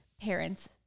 parents